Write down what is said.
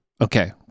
okay